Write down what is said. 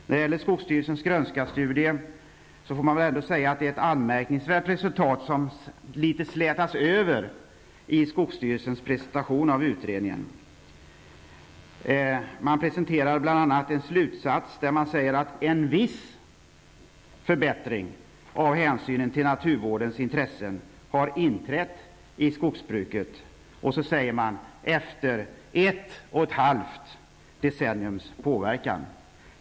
När det gäller skogsvårdsstyrelsens GRÖNSKA-studie kan man säga att det är ett anmärkningsvärt resultat som litet slätas över i skogsvårdsstyrelsens presentation av utredningen. Man presenterade bl.a. en slutsats där det sades att ''en viss förbättring av hänsynen till naturvårdens intressen har inträtt i skogsbruket'', och därefter ''efter ett och ett halvt decenniums påverkan''.